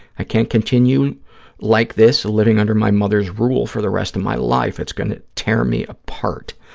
i can't continue like this, living under my mother's rule for the rest of my life. it's going to tear me apart.